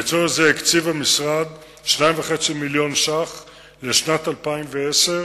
לצורך זה הקציב המשרד 2.5 מיליוני ש"ח לשנת 2010,